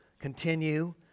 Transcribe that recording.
continue